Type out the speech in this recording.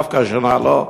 דווקא השנה לא,